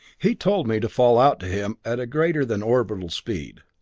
he told me to fall out to him at a greater than orbital speed.